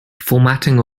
formatting